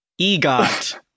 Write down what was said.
EGOT